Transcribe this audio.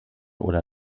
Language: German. oder